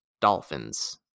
dolphins